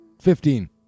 Fifteen